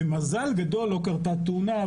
במזל גדול לא קרתה תאונה,